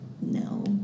no